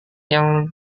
yang